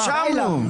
אז צריך לציין את זה.